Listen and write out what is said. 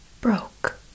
broke